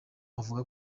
avuga